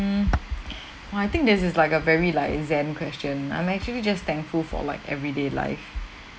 !wah! I think this is like a very like exam question I'm actually just thankful for like everyday life